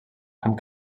amb